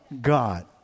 God